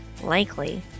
Likely